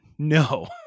No